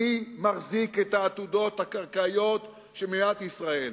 מי מחזיק את העתודות הקרקעיות של מדינת ישראל